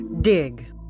dig